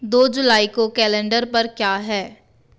दो जुलाई को कैलेंडर पर क्या है